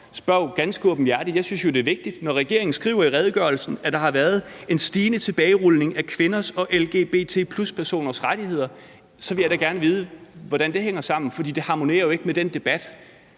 spørger ganske åbenhjertigt. Jeg synes jo, det er vigtigt. Når regeringen skriver i redegørelsen, at der har været en stigende tilbagerulning af kvinders og lgbt+-personers rettigheder, vil jeg da gerne vide, hvordan det hænger sammen, for det harmonerer jo ikke med den debat,